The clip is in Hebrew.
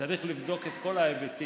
צריך לבדוק את כל ההיבטים